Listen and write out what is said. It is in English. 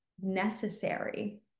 necessary